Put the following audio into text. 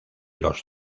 los